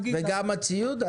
המערכת ממומנת על ידיכם וגם הציוד?